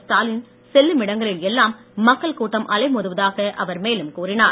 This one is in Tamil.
ஸ்டாலின் செல்லுமிடங்களில் எல்லாம் மக்கள் கூட்டம் அலைமோதுவதாக அவர் மேலும் கூறினார்